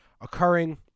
occurring